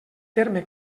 terme